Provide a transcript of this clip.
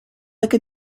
like